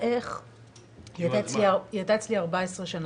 היא הייתה אצלי 14 שנה.